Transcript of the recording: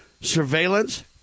surveillance